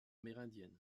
amérindienne